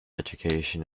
education